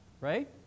Right